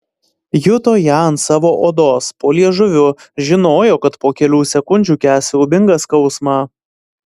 juto ją ant savo odos po liežuviu žinojo kad po kelių sekundžių kęs siaubingą skausmą